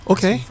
Okay